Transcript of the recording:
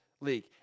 league